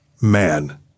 man